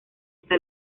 hasta